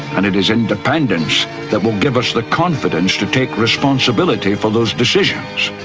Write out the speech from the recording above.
and it is independence that will give us the confidence to take responsibility for those decisions.